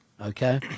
Okay